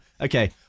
Okay